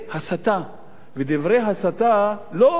בדברי הסתה לא באופן תיאורטי.